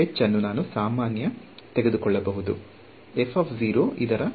h ಅನ್ನು ನಾನು ಸಾಮಾನ್ಯ ತೆಗೆದುಕೊಳ್ಳಬಹುದು ಇದರ ಗುಣಾಂಕ ಯಾವುದು